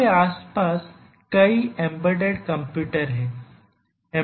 हमारे आसपास कई एम्बेडेड कंप्यूटर हैं